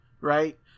Right